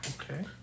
Okay